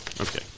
Okay